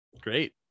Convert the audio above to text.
Great